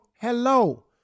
hello